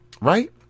right